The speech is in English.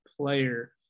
player